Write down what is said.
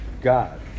God